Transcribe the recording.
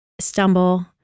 stumble